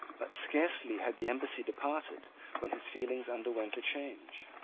but scarcely had the embassy departed when his feelings underwent a change.